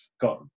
got